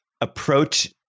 approach